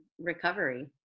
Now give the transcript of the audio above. recovery